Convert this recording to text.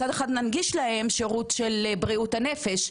מצד אחד ננגיש להן שירות של בריאות הנפש,